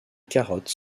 carottes